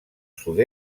sud